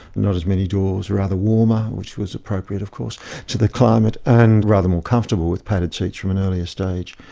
not as many doors, rather warmer which was appropriate of course to the climate, and rather more comfortable with padded seats from an early stage.